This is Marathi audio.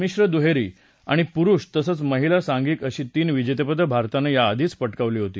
मिश्र दुहेरी आणि पुरुष तसच महिला सांघिक अशी तीन विजेतेपदं भारतानं याआधीच पटकावली होती